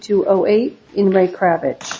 two o eight in like rabbits